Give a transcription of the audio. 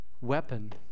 weapon